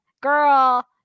girl